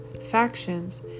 factions